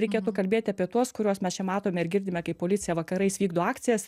reikėtų kalbėti apie tuos kuriuos mes čia matome ir girdime kai policija vakarais vykdo akcijas